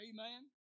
Amen